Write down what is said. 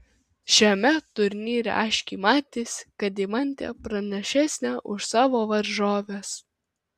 šiame turnyre aiškiai matėsi kad deimantė pranašesnė už savo varžoves